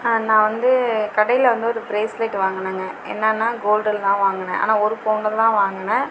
ஆ நான் வந்து கடையில் வந்து ஒரு பிரேஸ்லெட் வாங்குனங்க என்னான்னா கோல்டில் தான் வாங்கின ஆனால் ஒரு பவுனில் தான் வாங்கின